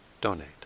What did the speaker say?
donate